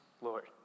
Lord